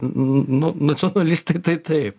nu nacionalistai tai taip